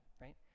right